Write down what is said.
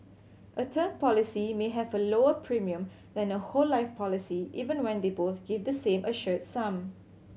a term policy may have a lower premium than a whole life policy even when they both give the same assured sum